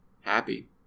happy